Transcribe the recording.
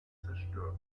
zerstört